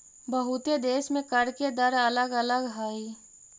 बहुते देश में कर के दर अलग अलग हई